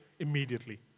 immediately